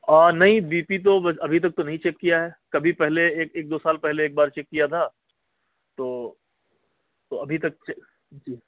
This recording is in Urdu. آ نہیں بی پی تو ابھی تک تو نہیں چیک کیا ہے کبھی پہلے ایک ایک دو سال پہلے ایک بار چیک کیا تھا تو تو ابھی تک سے